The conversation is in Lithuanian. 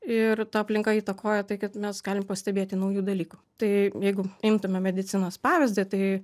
ir ta aplinka įtakoja tai kad mes galim pastebėti naujų dalykų tai jeigu imtume medicinos pavyzdį tai